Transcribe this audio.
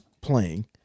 playing